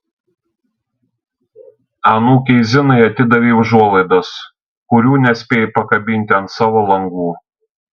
anūkei zinai atidavei užuolaidas kurių nespėjai pakabinti ant savo langų